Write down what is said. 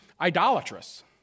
idolatrous